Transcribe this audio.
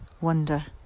wonder